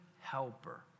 helper